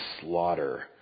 slaughter